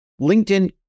LinkedIn